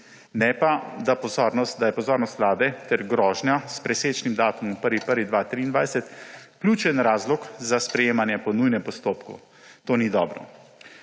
ne pa, da je pozornost vlade ter grožnja s presečnim datumom 1. 1. 2023 ključen razlog za sprejemanje po nujnem postopku. To ni dobro.